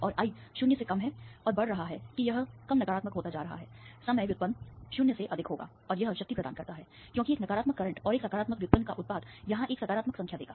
और I0 और बढ़ रहा है कि यह कम नकारात्मक होता जा रहा है समय व्युत्पन्न 0 से अधिक होगा और यह शक्ति प्रदान करता है क्योंकि एक नकारात्मक करंट और एक सकारात्मक व्युत्पन्न का उत्पाद यहां एक सकारात्मक संख्या देगा